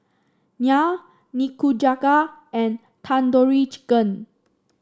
Naan Nikujaga and Tandoori Chicken